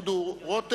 חבר הכנסת דודו רותם,